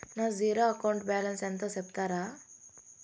నా zero account balance ఎంతో సెప్తారా?